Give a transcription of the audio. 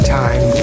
time